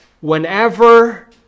Whenever